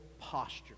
posture